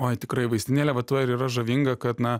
oi tikrai vaistinėlė va tuo ir yra žavinga kad na